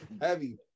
heavy